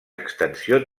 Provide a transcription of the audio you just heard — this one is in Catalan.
extensió